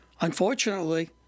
Unfortunately